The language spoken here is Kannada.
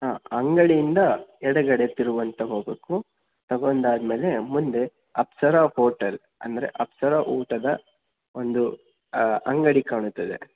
ಹಾಂ ಅಂಗಡಿಯಿಂದ ಎಡಗಡೆ ತಿರುವನ್ನು ತೊಗೋಬೇಕು ತಗೊಂಡು ಆದ ಮೇಲೆ ಮುಂದೆ ಅಕ್ಷರ ಹೋಟೆಲ್ ಅಂದರೆ ಅಕ್ಷರ ಊಟದ ಒಂದು ಅಂಗಡಿ ಕಾಣುತ್ತದೆ